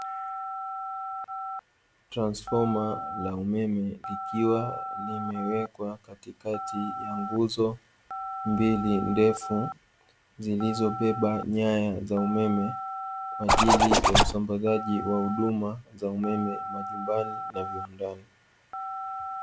Transifoma la umeme likiwa limewekwa katikati nguzo mbili ndefu, zilizobeba nyaya za umeme kwa ajili ya usambazaji wa huduma za umeme na majumbani na viwandani.